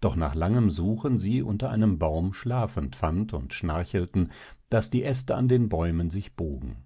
doch nach langem suchen sie unter einem baum schlafend fand und schnarchelten daß die aeste an den bäumen sich bogen